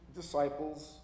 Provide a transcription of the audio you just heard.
disciples